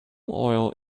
oil